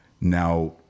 Now